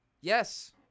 Yes